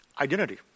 Identity